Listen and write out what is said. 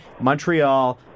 Montreal